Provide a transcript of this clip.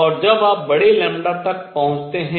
और जब आप बड़े λ तक पहुँचते हैं